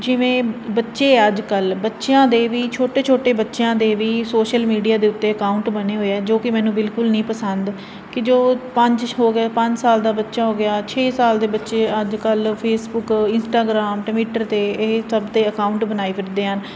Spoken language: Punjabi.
ਜਿਵੇਂ ਬੱਚੇ ਅੱਜ ਕੱਲ੍ਹ ਬੱਚਿਆਂ ਦੇ ਵੀ ਛੋਟੇ ਛੋਟੇ ਬੱਚਿਆਂ ਦੇ ਵੀ ਸੋਸ਼ਲ ਮੀਡੀਆ ਦੇ ਉੱਤੇ ਅਕਾਊਂਟ ਬਣੇ ਹੋਏ ਆ ਜੋ ਕਿ ਮੈਨੂੰ ਬਿਲਕੁਲ ਨਹੀਂ ਪਸੰਦ ਕਿ ਜੋ ਪੰਜ ਹੋ ਗਏ ਪੰਜ ਸਾਲ ਦਾ ਬੱਚਾ ਹੋ ਗਿਆ ਛੇ ਸਾਲ ਦੇ ਬੱਚੇ ਅੱਜ ਕੱਲ੍ਹ ਫੇਸਬੁਕ ਇੰਸਟਾਗ੍ਰਾਮ ਟਵੀਟਰ 'ਤੇ ਇਹ ਸਭ 'ਤੇ ਅਕਾਊਂਟ ਬਣਾਈ ਫਿਰਦੇ ਹਨ